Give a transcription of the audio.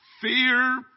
Fear